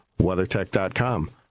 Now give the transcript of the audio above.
WeatherTech.com